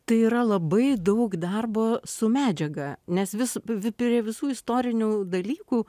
tai yra labai daug darbo su medžiaga nes vis prie visų istorinių dalykų